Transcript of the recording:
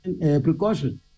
precaution